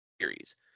series